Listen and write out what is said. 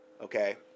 okay